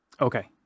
Okay